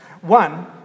One